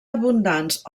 abundants